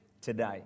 today